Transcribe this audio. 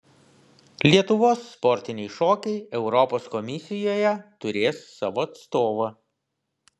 lietuvos sportiniai šokiai europos komisijoje turės savo atstovą